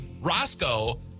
Roscoe